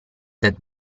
that